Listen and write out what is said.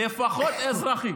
לפחות אזרחי.